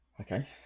okay